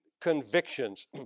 convictions